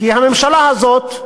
כי הממשלה הזאת,